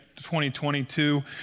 2022